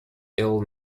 ill